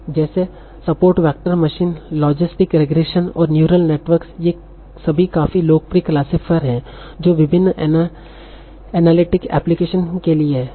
जैसे support vector machine logistic regression और neural network ये सभी काफी लोकप्रिय क्लासीफायर हैं जो विभिन्न एनालिटिक एप्लीकेशन के लिए हैं